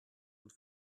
und